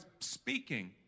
speaking